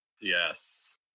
Yes